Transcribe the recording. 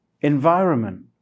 environment